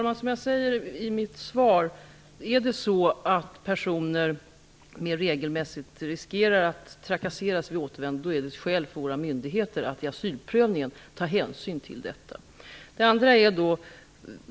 Herr talman! Om personer mer regelmässigt riskerar att trakasseras vid återvändandet är det, som jag sade i mitt svar, skäl för våra myndigheter att ta hänsyn till detta vid asylprövningen.